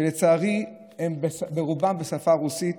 ולצערי הדברים ברובם בשפה הרוסית,